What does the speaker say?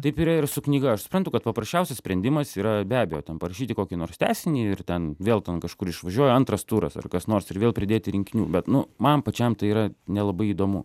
taip yra ir su knyga aš suprantu kad paprasčiausias sprendimas yra be abejo ten parašyti kokį nors tęsinį ir ten vėl ten kažkur išvažiuoja antras turas ar kas nors ir vėl pridėti rinkinių bet nu man pačiam tai yra nelabai įdomu